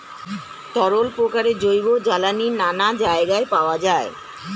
তরল প্রকারের জৈব জ্বালানি নানা জায়গায় পাওয়া যায়